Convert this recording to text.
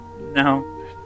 No